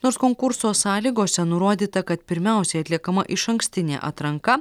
nors konkurso sąlygose nurodyta kad pirmiausiai atliekama išankstinė atranka